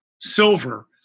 silver